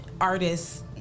artists